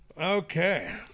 Okay